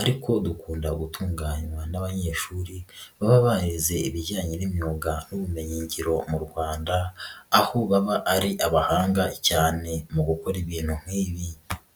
ariko dukunda gutunganywa n'abanyeshuri baba bahize ibijyanye n'imyuga n'ubumenyingiro mu Rwanda, aho baba ari abahanga cyane mu gukora ibintu nk'ibi.